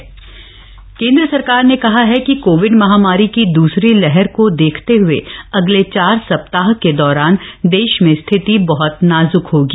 corona जागरूकता केंद्र सरकार ने कहा है कि कोविड महामारी की दूसरी लहर को देखते हए अगले चार सप्ताह के दौरान देश में स्थिति बहत नाजुक होगी